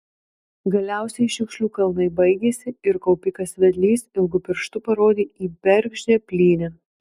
galiausiai šiukšlių kalnai baigėsi ir kaupikas vedlys ilgu pirštu parodė į bergždžią plynę